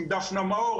עם דפנה מאור,